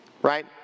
right